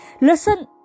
Listen